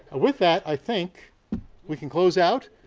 with that, i think we can close out.